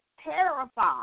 terrified